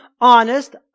honest